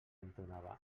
entonava